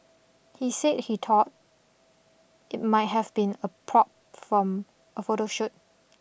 he said he thought it might have been a prop from a photo shoot